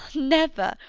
never,